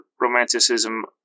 romanticism